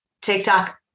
TikTok